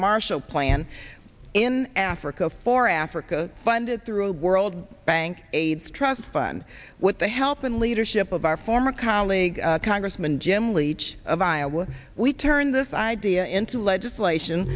marshall plan in africa for africa funded through the world bank aids trust fund with the help and leadership of our former colleague congressman jim leach of iowa we turn this idea into legislation